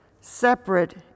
separate